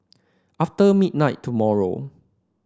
after midnight tomorrow